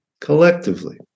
collectively